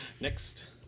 Next